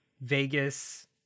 Vegas